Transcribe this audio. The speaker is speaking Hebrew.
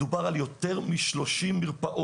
מדובר על יותר מ-30 מרפאות,